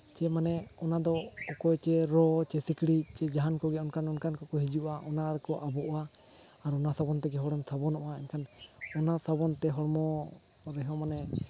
ᱪᱮ ᱢᱟᱱᱮ ᱚᱱᱟ ᱫᱚ ᱚᱠᱚᱭ ᱪᱚ ᱨᱚ ᱥᱮ ᱥᱤᱠᱬᱤᱡ ᱡᱟᱦᱟᱱ ᱠᱚᱜᱮ ᱚᱱᱠᱟᱱᱼᱚᱱᱠᱟᱱ ᱠᱚᱠᱚ ᱦᱤᱡᱩᱜᱼᱟ ᱚᱱᱟ ᱨᱮᱠᱚ ᱟᱵᱚᱜᱼᱟ ᱟᱨ ᱚᱱᱟ ᱥᱟᱵᱚᱱ ᱛᱮᱜᱮ ᱦᱚᱲᱮᱢ ᱥᱟᱵᱚᱱᱚᱜᱼᱟ ᱮᱱᱠᱷᱟᱱ ᱚᱱᱟ ᱥᱟᱵᱚᱱ ᱛᱮ ᱦᱚᱲᱢᱚ ᱠᱚᱨᱮ ᱦᱚᱸ ᱢᱟᱱᱮ